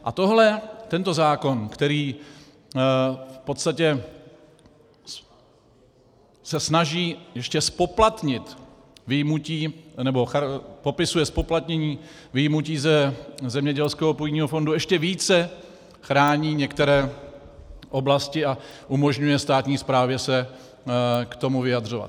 A tohle, tento zákon, který v podstatě se snaží ještě zpoplatnit, nebo popisuje zpoplatnění vyjmutí ze zemědělského půdního fondu, ještě více chrání některé oblasti a umožňuje státní správě se k tomu vyjadřovat.